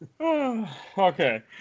Okay